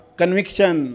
conviction